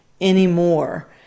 anymore